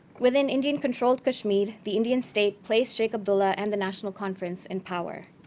within indian-controlled kashmir, the indian state placed sheikh abdullah and the national conference in power.